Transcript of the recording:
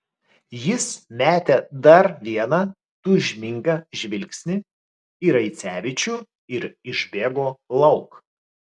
jis metė dar vieną tūžmingą žvilgsnį į raicevičių ir išbėgo lauk